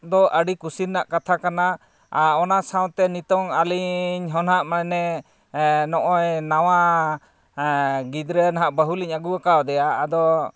ᱫᱚ ᱟᱹᱰᱤ ᱠᱩᱥᱤ ᱨᱮᱱᱟᱜ ᱠᱟᱛᱷᱟ ᱠᱟᱱᱟ ᱟᱨ ᱚᱱᱟ ᱥᱟᱶᱛᱮ ᱱᱤᱛᱚᱜ ᱟᱹᱞᱤᱧ ᱦᱚᱸ ᱱᱟᱦᱟᱜ ᱢᱟᱱᱮ ᱱᱚᱜᱼᱚᱭ ᱱᱟᱣᱟ ᱜᱤᱫᱽᱨᱟᱹ ᱱᱟᱦᱟᱜ ᱵᱟᱹᱦᱩ ᱞᱤᱧ ᱟᱹᱜᱩ ᱠᱟᱣᱫᱮᱭᱟ ᱟᱫᱚ